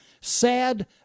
sad